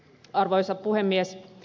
arvoisa puhemies